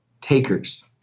takers